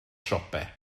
siopau